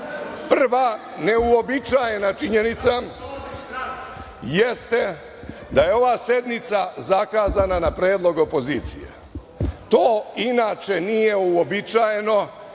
Prva, neuobičajena činjenica jeste da je ova sednica zakazana na predlog opozicije. To inače nije uobičajeno,